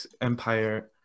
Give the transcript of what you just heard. empire